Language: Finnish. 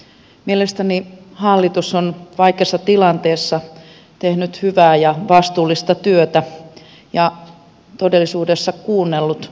mielestäni hallitus on vaikeassa tilanteessa tehnyt hyvää ja vastuullista työtä ja todellisuudessa kuunnellut suomalaisia